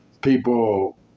people